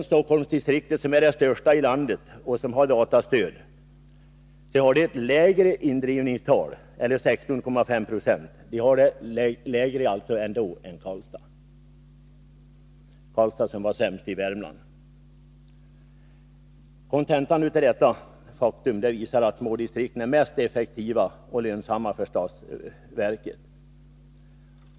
Stockholmsdistriktet, som är det största i landet och som har datastöd, har lägre indrivningstal, 16,5 26, än exempelvis Karlstad som är sämst i Värmland. Kontentan av detta är att smådistrikten är mest effektiva och lönsamma för statsverket.